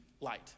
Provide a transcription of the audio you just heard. light